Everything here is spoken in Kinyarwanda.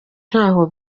ntaho